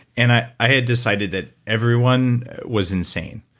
and i i had decided that everyone was insane,